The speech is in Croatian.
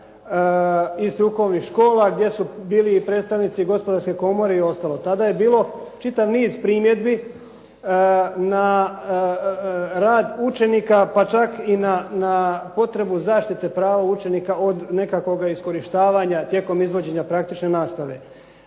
iz strukovnih škola gdje su bili i predstavnici i gospodarske komore i ostalo. Tada je bilo čitav niz primjedbi na rad učenika, pa čak i na potrebu zaštite prava učenika od nekakvoga iskorištavanja tijekom izvođenja praktične nastave.